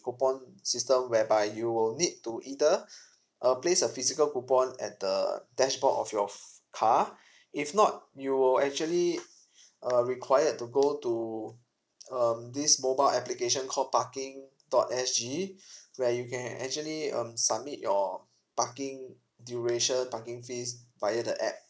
coupon system whereby you will need to either uh place a physical coupon at the dashboard of your f~ car if not you will actually uh required to go to um this mobile application called parking dot S_G where you can actually um submit your parking duration parking fees via the app